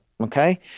okay